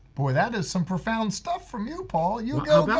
boy that is some profound stuff from you paul. you go guy!